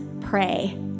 pray